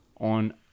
on